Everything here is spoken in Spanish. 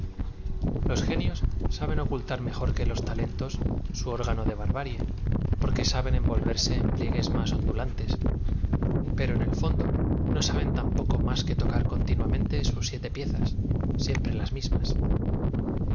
los genios saben ocultar m ejor que los talentos su órgano de barbarie porque saben envolverse en p lie gues máa ondulantes pero en el fondo no saben tam poco máa que tocar continuamente sus siete piezas siempre las mismas